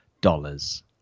dollars